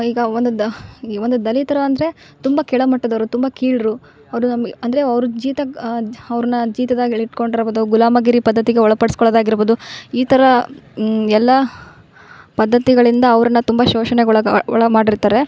ಈಗ ಒಂದೊಂದು ಆಗಿ ಒಂದು ದಲಿತರ ಅಂದರೆ ತುಂಬ ಕೆಳಮಟ್ಟದೊರು ತುಂಬ ಕೀಳ್ಡ್ರು ಅವರು ನಮಗೆ ಅಂದರೆ ಅವರು ಜಿತಕ್ ಅವ್ರ್ನ ಜೀತದಾಗ ಇಡ್ಕೊಂಡಿರ್ಬೋದು ಗುಲಾಮಗಿರಿ ಪದ್ಧತಿಗೆ ಒಳಪಡ್ಸ್ಕೊಳೋದಾಗಿರ್ಬೋದು ಈ ಥರ ಎಲ್ಲ ಪದ್ಧತಿಗಳಿಂದ ಅವರನ್ನ ತುಂಬಾ ಶೋಷಣೆಗೆ ಒಳಗೆ ಒಳ ಮಾಡಿರ್ತಾರೆ